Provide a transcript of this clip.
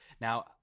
Now